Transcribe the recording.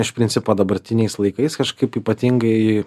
iš principo dabartiniais laikais kažkaip ypatingai